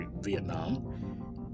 Vietnam